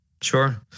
sure